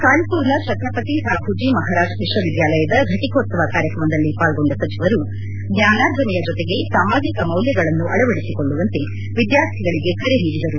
ಕಾನ್ಪರ್ನ ಛತ್ರಪತಿ ಸಾಹುಜಿ ಮಹಾರಾಜ್ ವಿಕ್ವವಿದ್ಗಾಲಯದ ಘಟಕೋತ್ತವ ಕಾರ್ಯಕ್ರಮದಲ್ಲಿ ಪಾಲ್ಗೊಂಡ ಸಚಿವರು ಜ್ವಾನಾರ್ಜನೆಯ ಜೊತೆಗೆ ಸಾಮಾಜಿಕ ಮೌಲ್ಲಗಳನ್ನು ಅಳವಡಿಸಿಕೊಳ್ಳುವಂತೆ ವಿದ್ಯಾರ್ಥಿಗಳಿಗೆ ಕರೆ ನೀಡಿದರು